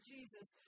Jesus